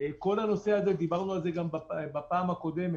דיברנו על זה גם בפעם הקודמת.